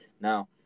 Now